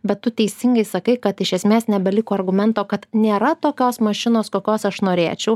bet tu teisingai sakai kad iš esmės nebeliko argumento kad nėra tokios mašinos kokios aš norėčiau